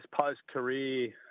post-career